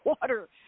water